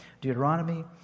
Deuteronomy